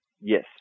Yes